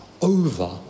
over